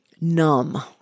numb